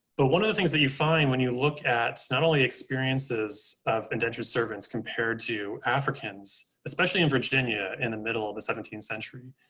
but one of the things that you find when you look at not only experiences of indentured servants compared to africans, especially in virginia, in the middle of the seventeenth century,